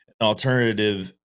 Alternative